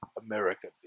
America